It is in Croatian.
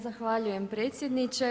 Zahvaljujem predsjedniče.